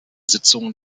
sitzungen